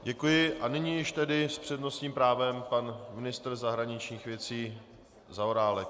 Děkuji a nyní již tedy s přednostním právem pan ministr zahraničních věcí Zaorálek.